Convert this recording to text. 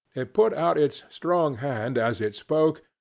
it put out its strong hand as it spoke,